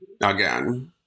again